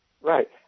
right